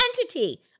entity